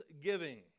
giving